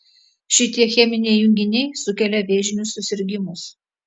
šitie cheminiai junginiai sukelia vėžinius susirgimus